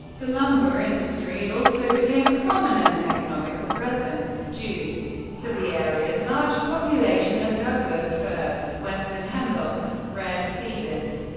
the lumber industry also became a prominent economical presence, due to the area's large population of douglas firs, western hemlocks, red cedars,